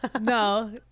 No